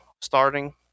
starting